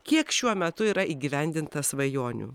kiek šiuo metu yra įgyvendinta svajonių